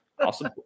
Awesome